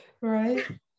right